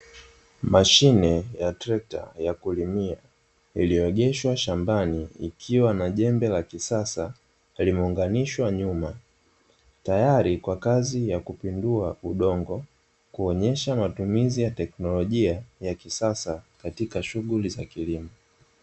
Mashine ya trekta ya kulimia iliyoegeshwa shambani, ikiwa na jembe la kisasa limeunganishwa nyuma tayari kwa kazi ya kupindua udongo, kuonyesha matumizi ya teknolojia ya kisasa katika shughuli za kilimo.